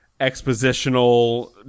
expositional